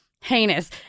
heinous